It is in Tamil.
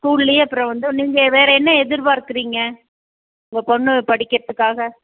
ஸ்கூலுலையே அப்புறம் வந்து நீங்கள் வேற என்ன எதிர்பார்க்கறீங்க உங்கள் பொண்ணு படிக்கிறதுக்காக